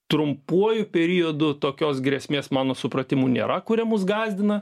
trumpuoju periodu tokios grėsmės mano supratimu nėra kuria mus gąsdina